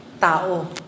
tao